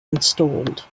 installed